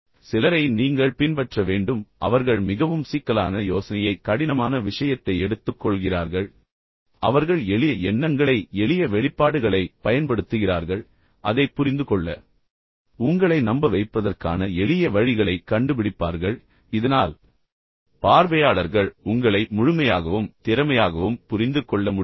ஆனால் சிலரை நீங்கள் பின்பற்ற வேண்டும் என்று நான் விரும்புகிறேன் அவர்கள் மிகவும் சிக்கலான யோசனையை கடினமான விஷயத்தை எடுத்துக்கொள்கிறார்கள் அவர்கள் எளிய எண்ணங்களை எளிய வெளிப்பாடுகளைப் பயன்படுத்துகிறார்கள் பின்னர் அதைப் புரிந்துகொள்ள உங்களை நம்ப வைப்பதற்கான எளிய வழிகளைக் கண்டுபிடிப்பார்கள் அதையே நீங்கள் பின்பற்ற வேண்டும் இதனால் பார்வையாளர்கள் உங்களை முழுமையாகவும் திறமையாகவும் புரிந்து கொள்ள முடியும்